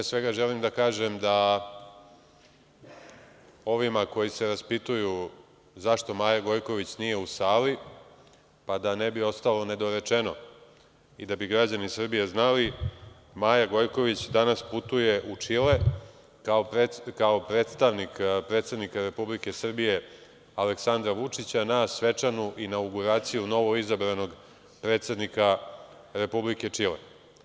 Pre svega, želim da kažem da ovima koji se raspituju zašto Maja Gojković nije u sali, pa da ne bi ostalo nedorečeno i da bi građani Srbije znali, Maja Gojković danas putuje u Čile, kao predstavnik predsednika Republike Srbije, Aleksandra Vučića, na svečanu inauguraciju novoizabranog predsednika Republike Čile.